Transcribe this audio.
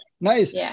nice